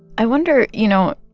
i wonder, you know